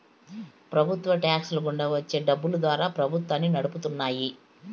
ప్రభుత్వ టాక్స్ ల గుండా వచ్చే డబ్బులు ద్వారా ప్రభుత్వాన్ని నడుపుతున్నాయి